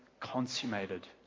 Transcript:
consummated